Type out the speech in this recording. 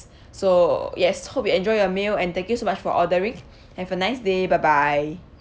so yes hope you enjoy your meal and thank you so much for ordering have a nice day bye bye